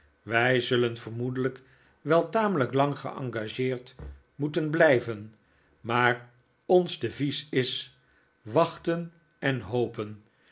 we zullen vermo'edelijk wel tamelijk lang geengageerd moeten blijven maar ons devies is wachten en hopen